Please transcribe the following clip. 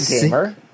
gamer